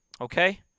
okay